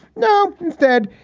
no. instead,